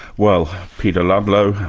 well, peter ludlow,